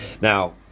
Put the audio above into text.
Now